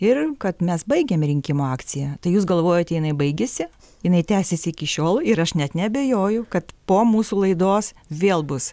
ir kad mes baigiam rinkimo akciją tai jūs galvojat jinai baigiasi jinai tęsiasi iki šiol ir aš net neabejoju kad po mūsų laidos vėl bus